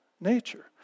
nature